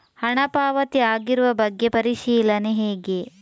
ಹಣ ಪಾವತಿ ಆಗಿರುವ ಬಗ್ಗೆ ಪರಿಶೀಲನೆ ಹೇಗೆ?